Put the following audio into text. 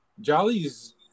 Jolly's